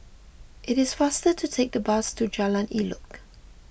it is faster to take the bus to Jalan Elok